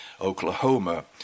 Oklahoma